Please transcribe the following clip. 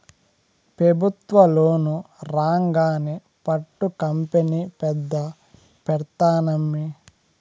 పెబుత్వ లోను రాంగానే పట్టు కంపెనీ పెద్ద పెడ్తానమ్మీ